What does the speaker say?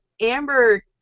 Amber